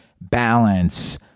balance